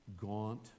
gaunt